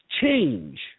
change